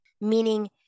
meaning